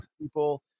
people